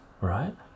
right